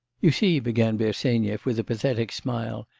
you see began bersenyev, with a pathetic smile,